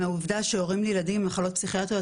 מהעובדה שהורים לילדים עם מחלות פסיכיאטריות